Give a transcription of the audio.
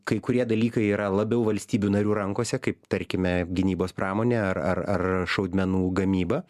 kai kurie dalykai yra labiau valstybių narių rankose kaip tarkime gynybos pramonė ar ar ar šaudmenų gamyba